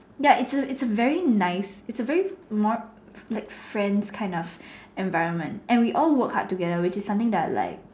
ya it's a it's a very nice it's a very more like friends kind of environment and we all work hard together which is something that I like